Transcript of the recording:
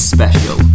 Special